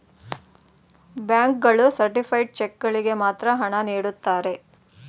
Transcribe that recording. bank ಗಳು certified cheque ಗಳಿಗೆ ಮಾತ್ರ ಹಣ ನೀಡುತ್ತಾರೆ